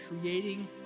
creating